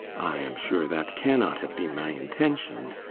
i am sure that cannot have been my intention.